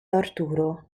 arturo